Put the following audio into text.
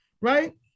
right